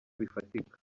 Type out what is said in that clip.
bifatika